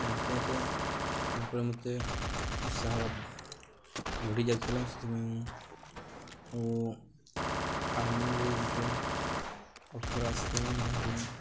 ଚାମ୍ପିଆନରେ ହେଲା ପରେ ମୋତେ ଉତ୍ସାହ ବଢ଼ି ଯାଇଥିଲା ସେଥିପାଇଁ ମୁଁ ଓ ଆର୍ମିରେ ଗୋଟେ ଅଫର ଆସିଥିଲା ଯାହାକି